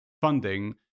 funding